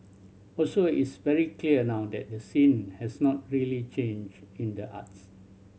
also it's very clear now that the scene has not really changed in the arts